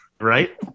Right